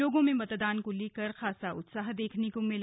लोगों में मतदान को लेकर खासा उत्साह देखने को मिला